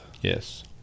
Yes